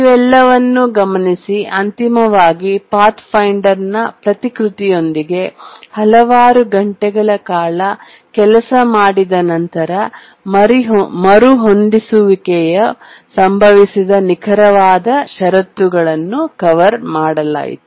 ಇವೆಲ್ಲವನ್ನೂ ಗಮನಿಸಿ ಅಂತಿಮವಾಗಿ ಪಾಥ್ಫೈಂಡರ್ನ ಪ್ರತಿಕೃತಿಯೊಂದಿಗೆ ಹಲವಾರು ಗಂಟೆಗಳ ಕಾಲ ಕೆಲಸ ಮಾಡಿದ ನಂತರ ಮರುಹೊಂದಿಸುವಿಕೆಯು ಸಂಭವಿಸಿದ ನಿಖರವಾದ ಷರತ್ತುಗಳನ್ನು ಕವರ್ ಮಾಡಲಾಯಿತು